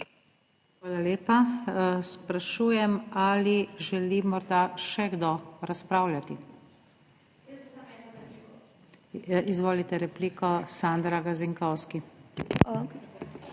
Hvala lepa. Sprašujem, ali želi morda še kdo razpravljati? Izvolite repliko, Sandra Gazinkovski.